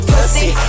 Pussy